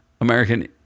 American